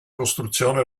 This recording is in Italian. costruzione